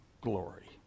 glory